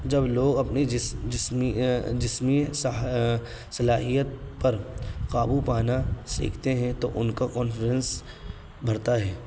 جب لوگ اپنی جس جسمی جسمی صلاحیت پر قابو پانا سیکھتے ہیں تو ان کا کانفرینس بڑھتا ہے